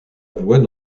voit